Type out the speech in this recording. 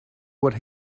what